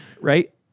right